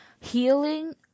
healing